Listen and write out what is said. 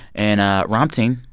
and, ah ramtin,